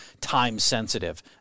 time-sensitive